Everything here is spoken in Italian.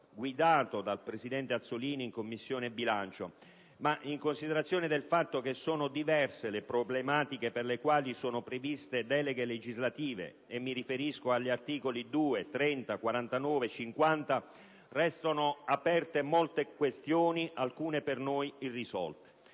guidato dal presidente Azzollini in Commissione bilancio. Ma in considerazione del fatto che sono diverse le problematiche per le quali sono previste deleghe legislative - mi riferisco agli articoli 2, 30, 49 e 50 - restano aperte molte questioni, alcune per noi irrisolte.